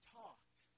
talked